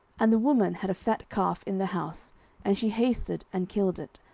and the woman had a fat calf in the house and she hasted, and killed it,